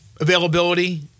availability